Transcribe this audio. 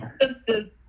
sisters